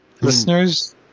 listeners